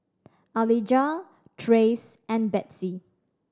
Alijah Trace and Betsey